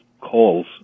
calls